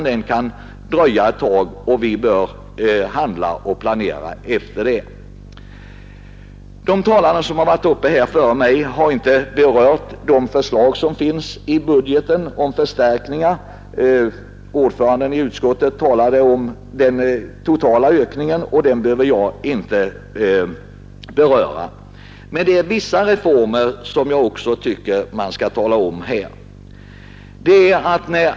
Den kan dröja ett tag, och härefter bör vi handla och planera. De talare som hittills deltagit i debatten har inte berört de förslag om förstärkningar som här finns i statsverkspropositionen. Ordföranden i utskottet talade om den totala ökningen, och den behöver jag alltså inte beröra. Men vissa av reformerna tycker jag att man här närmare bör peka på.